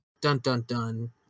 Dun-dun-dun